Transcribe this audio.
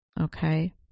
Okay